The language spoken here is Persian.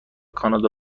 کانادا